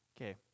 Okay